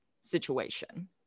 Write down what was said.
situation